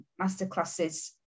masterclasses